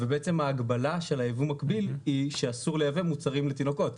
ובעצם ההגבלה של היבוא המקביל היא שאסור לייבא מוצרים לתינוקות.